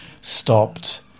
stopped